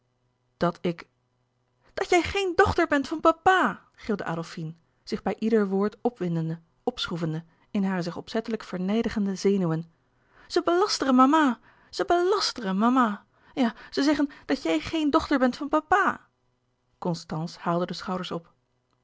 dat ik dat jij geen dochter bent van papa gilde adolfine zich bij ieder woord opwindende opschroevende in hare zich opzettelijk vernijdigende zenuwen ze belasteren mama ze belasteren mama ja ze zeggen dat jij geen dochter bent van papa constance haalde de schouders op